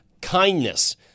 Kindness